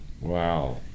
Wow